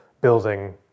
building